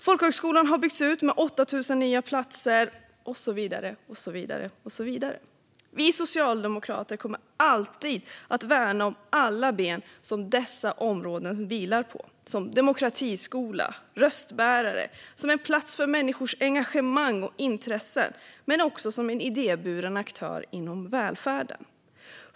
Folkhögskolan har byggts ut med 8 000 nya platser och så vidare. Vi socialdemokrater kommer alltid att värna om alla de ben som dessa områden vilar på som demokratiskola, som röstbärare, som en plats för människors engagemang och intressen men också som en idéburen aktör inom välfärden.